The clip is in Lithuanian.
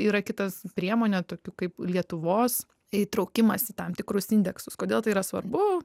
yra kitas priemonė tokių kaip lietuvos įtraukimas į tam tikrus indeksus kodėl tai yra svarbu